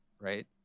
right